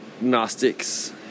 Gnostics